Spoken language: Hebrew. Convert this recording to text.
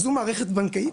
זו מערכת בנקאית?